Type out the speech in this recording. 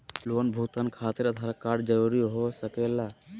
Loan भुगतान खातिर Aadhaar card जरूरी हो सके ला?